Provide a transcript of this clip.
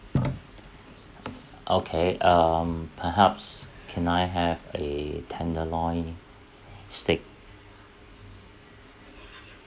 okay um perhaps can I have a tenderloin steak